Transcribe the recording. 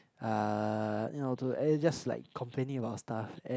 uh you know to eh just like complaining about stuff and